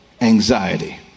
anxiety